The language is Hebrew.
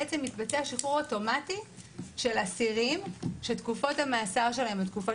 מתבצע שחרור אוטומטי של אסירים שתקופות המאסר שלהם הן תקופות